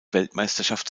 weltmeisterschaft